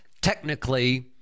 technically